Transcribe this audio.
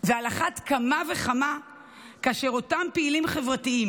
ועל אחת כמה וכמה כאשר אותם פעילים חברתיים,